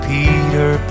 Peter